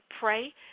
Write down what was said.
pray